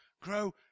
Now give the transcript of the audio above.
grow